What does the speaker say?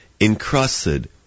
encrusted